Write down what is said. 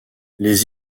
les